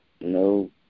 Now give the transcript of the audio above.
no